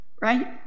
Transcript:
right